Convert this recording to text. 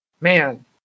man